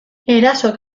eraso